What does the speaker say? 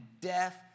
death